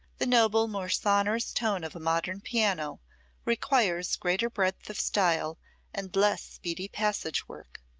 the noble, more sonorous tone of a modern piano requires greater breadth of style and less speedy passage work.